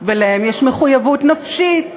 ואליהם יש מחויבות נפשית,